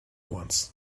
ones